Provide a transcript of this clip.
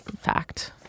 fact